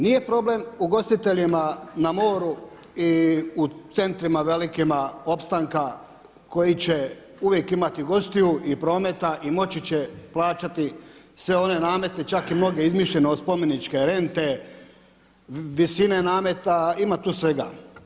Nije problem ugostiteljima na moru i u centrima velikima opstanka koji će uvijek imati gostiju i prometa i moći će plaćati sve one namete čak i mnoge izmišljene od spomeničke rente, visine nameta, ima tu svega.